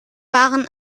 waren